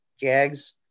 Jags